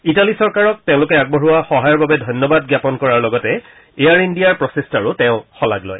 Italy চৰকাৰক তেওঁলোকে আগবঢ়োৱা সহায়ৰ বাবে ধন্যবাদ জাপন কৰাৰ লগতে এয়াৰ ইণ্ডিয়াৰ প্ৰচেষ্টাৰো তেওঁ শলাগ লয়